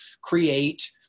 create